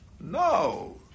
No